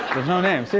there's no name, so